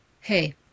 Hey